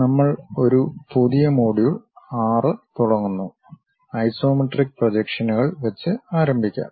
നമ്മൾ ഒരു പുതിയ മൊഡ്യൂൾ 6 തുടങ്ങുന്നു ഐസോമെട്രിക് പ്രൊജക്ഷനുകൾ വെച്ച് ആരംഭിക്കാം